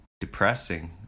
depressing